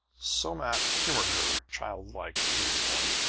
somat humored her childlike view-point.